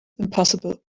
impossible